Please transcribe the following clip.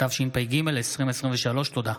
התשפ"ג 2023. תודה.